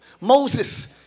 Moses